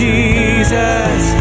Jesus